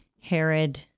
Herod